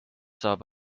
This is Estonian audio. saab